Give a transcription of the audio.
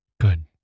Good